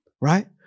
Right